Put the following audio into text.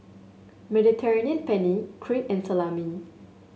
Mediterranean Penne Crepe and Salami